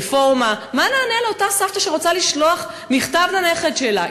רפורמה מה נענה לאותה סבתא שרוצה לשלוח מכתב לנכד שלה?